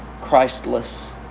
Christless